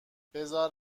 بزار